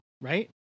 right